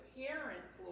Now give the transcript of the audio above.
parents